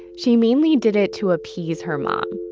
she mainly did it to appease her mom.